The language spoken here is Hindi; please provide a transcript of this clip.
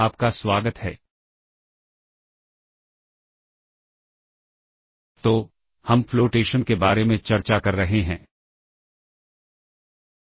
आगे हम पीओपी इंस्ट्रक्शंस को देखेंगे तो यह पुश का ठीक उल्टा होता है